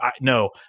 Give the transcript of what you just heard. no